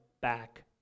back